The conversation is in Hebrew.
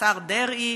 השר דרעי,